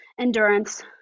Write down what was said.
endurance